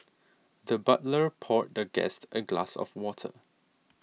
the butler poured the guest a glass of water